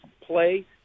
play